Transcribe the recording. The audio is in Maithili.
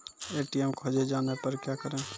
ए.टी.एम खोजे जाने पर क्या करें?